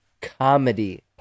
comedy